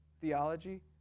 theology